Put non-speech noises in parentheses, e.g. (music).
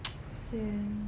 (noise) same